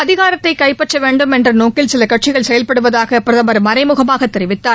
அதிகாரத்தை கைப்பற்ற வேண்டும் என்ற நோக்கில் சில கட்சிகள் செயல்படுவதாக பிரதமர் மறைமுகமாக தெரிவித்தார்